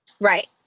Right